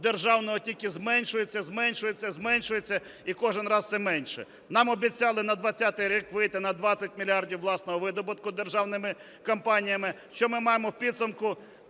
державного тільки зменшується, зменшується, зменшується і кожен раз все менше. Нам обіцяли на 20-й рік вийти на 20 мільярдів власного видобутку державними компаніями. Що ми маємо у підсумку?